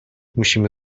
musimy